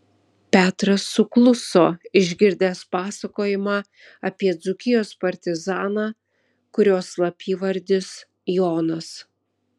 petras sukluso išgirdęs pasakojimą apie dzūkijos partizaną kurio slapyvardis jonas